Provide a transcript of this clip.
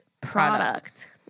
product